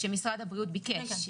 שינוי שמשרד הבריאות ביקש.